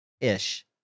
ish